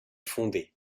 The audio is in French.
fondées